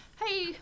hey